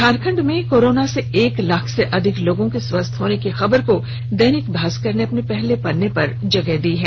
झारखंड में कोरोना से एक लाख से अधिक लोगों के स्वस्थ होने की खबर को दैनिक भास्कर ने अपने पहले पेज पर प्रकाशित किया है